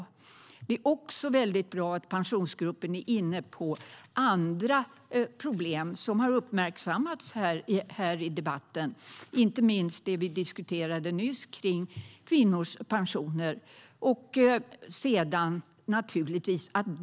Det är också väldigt bra att pensionsgruppen är inne på andra problem som har uppmärksammats här i debatten, inte minst kvinnors pensioner som vi diskuterade nyss.